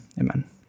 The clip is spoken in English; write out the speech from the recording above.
Amen